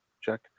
check